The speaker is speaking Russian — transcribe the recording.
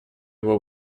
его